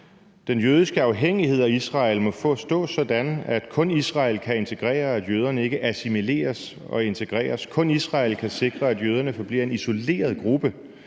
Den jødiske afhængighed af Israel må forstås sådan, at kun Israel kan integrere; at jøderne ikke assimileres og integreres; kun Israel kan sikre, at jøderne forbliver en isoleret gruppe.